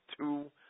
two